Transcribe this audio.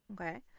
Okay